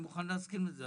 אני מוכן להסכים לזה.